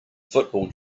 football